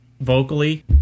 vocally